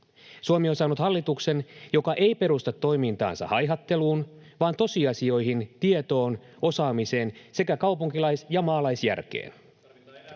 Suomi on saanut hallituksen, joka ei perusta toimintaansa haihatteluun vaan tosiasioihin, tietoon, osaamiseen sekä kaupunkilais- ja maalaisjärkeen.